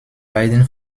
beiden